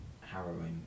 harrowing